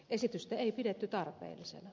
esitystä ei pidetty tarpeellisena